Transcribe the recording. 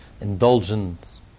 indulgence